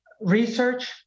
research